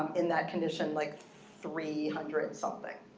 in that condition, like three hundred and something.